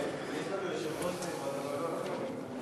יש לנו יושב-ראש לוועדת החוץ והביטחון?